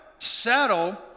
Settle